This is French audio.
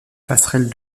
passerelle